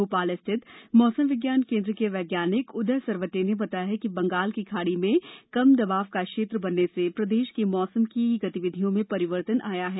भोपाल स्थित मौसम विज्ञान केन्द्र के वैज्ञानिक उदय सरवटे ने बताया कि बंगाल की खाड़ी में कम दबाव का क्षेत्र बनने से प्रदेश की मौसम की गतिविधियों में परिवर्तन आया है